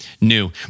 new